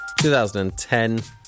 2010